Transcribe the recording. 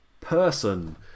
Person